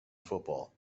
football